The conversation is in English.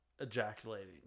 ejaculating